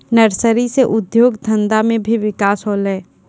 nursery से उद्योग धंधा मे भी बिकास होलै